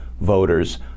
voters